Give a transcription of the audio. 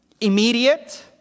immediate